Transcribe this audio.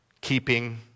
keeping